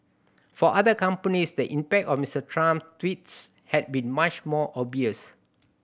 for other companies the impact of Mister Trump tweets has been much more obvious